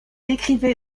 écrivait